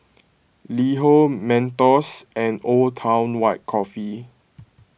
LiHo Mentos and Old Town White Coffee